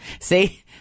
See